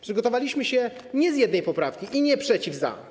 Przygotowaliśmy się nie z jednej poprawki i nie: przeciw, za.